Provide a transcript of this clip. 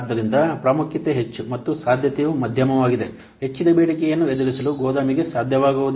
ಆದ್ದರಿಂದ ಪ್ರಾಮುಖ್ಯತೆ ಹೆಚ್ಚು ಮತ್ತು ಸಾಧ್ಯತೆಯು ಮಧ್ಯಮವಾಗಿದೆ ಹೆಚ್ಚಿದ ಬೇಡಿಕೆಯನ್ನು ಎದುರಿಸಲು ಗೋದಾಮಿಗೆ ಸಾಧ್ಯವಾಗುವುದಿಲ್ಲ